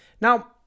Now